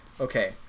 Okay